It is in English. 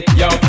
yo